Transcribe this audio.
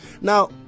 Now